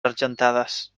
argentades